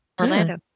Orlando